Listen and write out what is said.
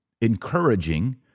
encouraging